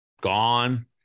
gone